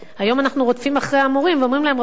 היום אנחנו רודפים אחרים המורים ואומרים להם: רבותי,